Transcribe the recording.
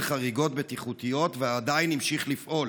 חריגות בטיחותיות ועדיין המשיך לפעול.